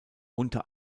unter